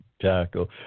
tackle